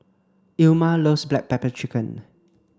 Ilma loves black pepper chicken